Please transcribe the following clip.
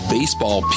Baseball